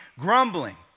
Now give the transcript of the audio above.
grumbling